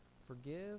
forgive